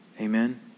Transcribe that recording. Amen